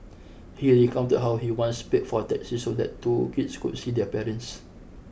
he recounted how he once paid for a taxi so that two kids could see their parents